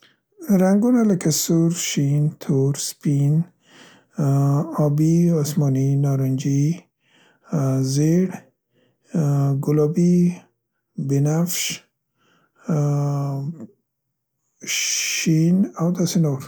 رنګونه لکه سور، شین، تور، سپین، ا، ابي، اسماني، نارنجي، زیړ، ګلابي، بنفش، ا، ا، شین او داسې نور.